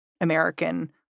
American